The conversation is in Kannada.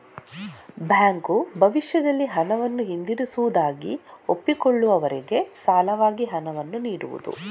ಬ್ಯಾಂಕು ಭವಿಷ್ಯದಲ್ಲಿ ಹಣವನ್ನ ಹಿಂದಿರುಗಿಸುವುದಾಗಿ ಒಪ್ಪಿಕೊಳ್ಳುವವರಿಗೆ ಸಾಲವಾಗಿ ಹಣವನ್ನ ನೀಡುದು